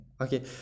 okay